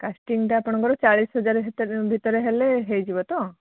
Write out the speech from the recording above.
କାଷ୍ଟିଙ୍ଗଟା ଆପଣଙ୍କର ଚାଳିଶ ହଜାର ଭିତରେ ଭିତରେ ହେଲେ ହେଇଯିବ ତ